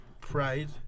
pride